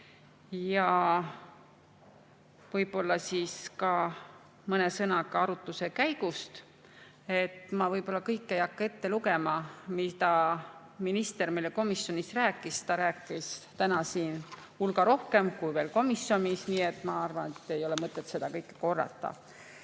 Võib-olla mõne sõnaga arutluse käigust. Ma kõike ei hakka ette lugema, mida minister meile komisjonis rääkis. Ta rääkis täna siin hulga rohkem kui komisjonis, nii et ma arvan, et ei ole mõtet seda kõike korrata.